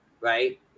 right